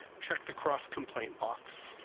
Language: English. check the cross complaint box.